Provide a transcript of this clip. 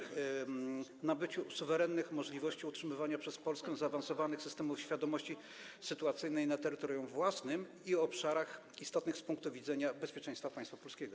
Chodzi o nabycie suwerennych możliwości utrzymywania przez Polskę zaawansowanych systemów świadomości sytuacyjnej na terytorium własnym i obszarach istotnych z punktu widzenia bezpieczeństwa państwa polskiego.